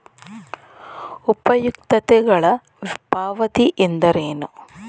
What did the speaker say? ಉಪಯುಕ್ತತೆಗಳ ಪಾವತಿ ಎಂದರೇನು?